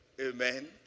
Amen